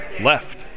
left